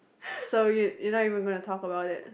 so you you not even gonna talk about it